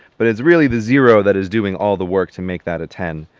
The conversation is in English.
but it's really the zero that is doing all the work to make that a ten.